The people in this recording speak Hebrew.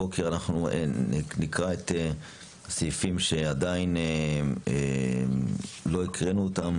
הבוקר אנחנו נקרא את הסעיפים שעדיין לא הקראנו אותם,